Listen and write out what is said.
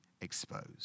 exposed